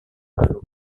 lalu